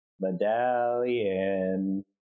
Medallion